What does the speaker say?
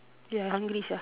ya hungry sia